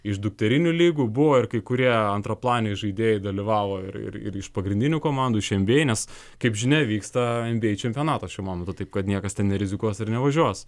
iš dukterinių lygų buvo ir kai kurie antraplaniai žaidėjai dalyvavo ir ir iš pagrindinių komandų iš en bi ei nes kaip žinia vyksta en bi ei čempionatas šiuo momentu taip kad niekas ten nerizikuos ir nevažiuos